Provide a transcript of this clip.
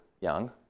young